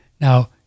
Now